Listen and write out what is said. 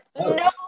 no